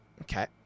okay